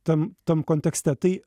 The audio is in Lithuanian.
tam tam kontekste tai